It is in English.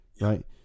Right